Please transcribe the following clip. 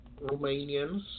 Romanians